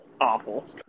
awful